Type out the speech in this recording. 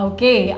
Okay